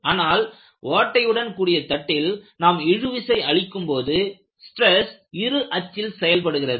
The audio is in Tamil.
ஆனால் ஓட்டையுடன் கூடிய தட்டில் நாம் இழுவிசை அளிக்கும்போது ஸ்ட்ரெஸ் இரு அச்சில் செயல்படுகிறது